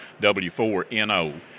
W4NO